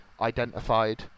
identified